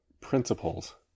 principles